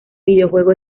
videojuego